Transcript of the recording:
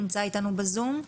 נמצא איתנו בזום?